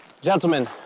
Gentlemen